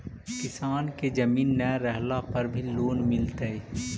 किसान के जमीन न रहला पर भी लोन मिलतइ?